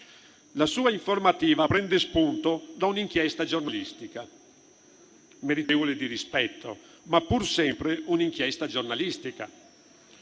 La sua informativa prende spunto da un'inchiesta giornalistica, meritevole di rispetto, ma pur sempre un'inchiesta giornalistica.